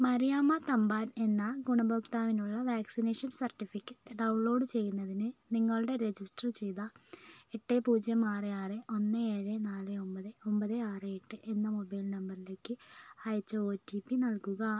മറിയാമ്മ തമ്പാൻ എന്ന ഗുണഭോക്താവിനുള്ള vaccination certificate download ചെയ്യുന്നതിന് നിങ്ങളുടെ രജിസ്റ്റർ ചെയ്ത എട്ട് പൂജ്യം ആറ് ആറ് ഒന്ന് ഏഴ് നാല് ഒൻപത് ഒൻപത് ആറ് എട്ട് എന്ന മൊബൈൽ നമ്പറിലേക്ക് അയച്ച ഒ റ്റി പി നൽകുക